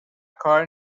کار